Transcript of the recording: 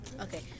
Okay